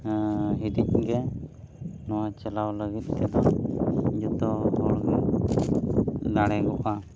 ᱦᱤᱫᱤᱡ ᱜᱮ ᱱᱚᱣᱟ ᱪᱟᱞᱟᱣ ᱞᱟᱹᱜᱤᱫ ᱛᱮᱫᱚ ᱡᱚᱛᱚ ᱦᱚᱲ ᱵᱚᱱ ᱫᱟᱲᱮᱜᱚᱜᱼᱟ